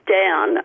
down